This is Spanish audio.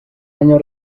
año